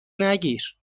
نگیر